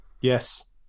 yes